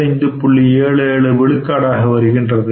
77 விழுக்காடாக வருகின்றது